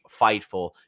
Fightful